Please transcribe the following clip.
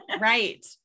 Right